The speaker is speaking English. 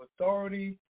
authority